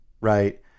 right